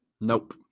nope